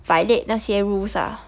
violate 那些 rules ah